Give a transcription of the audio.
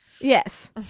Yes